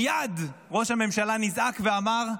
מייד ראש הממשלה נזעק ואמר: